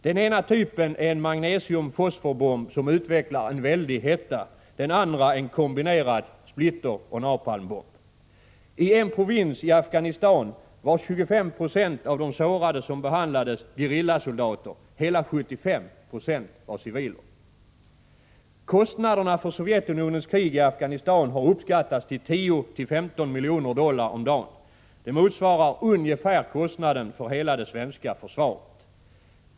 Den ena typen är en magnesium+—fosfor-bomb som utvecklar en väldig hetta, den andra en kombinerad splitter-napalm-bomb. I en provins i Afghanistan var 25 20 av de sårade som behandlades gerillasoldater. Hela 75 90 var civila. Kostnaderna för Sovjetunionens krig i Afghanistan har uppskattats till 10-15 miljoner dollar om dagen. Det motsvarar kostnaden för hela det svenska försvaret.